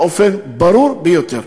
באופן ברור ביותר.